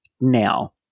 now